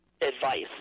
advice